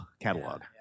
catalog